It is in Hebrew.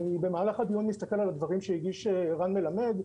במהלך הדיון אני מסתכל על הדברים שהגיש רן מלמד,